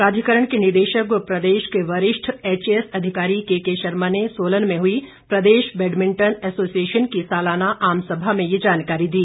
प्राधिकरण के निदेशक व प्रदेश के वरिष्ठ एचएएस अधिकारी केके शर्मा ने सोलन में हुई प्रदेश बैडमिंटन एसोसिएशन की सालाना आम सभा में ये जानकारी दी